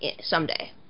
someday